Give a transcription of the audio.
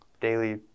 daily